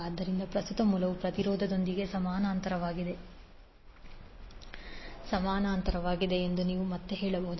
ಆದ್ದರಿಂದ ಪ್ರಸ್ತುತ ಮೂಲವು ಪ್ರತಿರೋಧದೊಂದಿಗೆ ಸಮಾನಾಂತರವಾಗಿದೆ ಎಂದು ನೀವು ಮತ್ತೆ ಹೇಳಬಹುದು